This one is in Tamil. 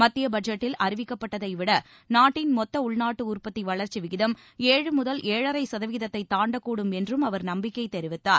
மத்திய பட்ஜெட்டில் அறிவிக்கப்பட்டதைவிட நாட்டின் மொத்த உள்நாட்டு உற்பத்தி வளர்ச்சி விகிதம் ஏழு முதல் ஏழரை சதவீதத்தை தாண்டக்கூடும் என்றும் அவர் நம்பிக்கை தெரிவித்தார்